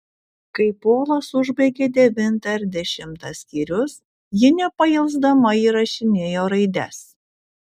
kai polas užbaigė devintą ir dešimtą skyrius ji nepailsdama įrašinėjo raides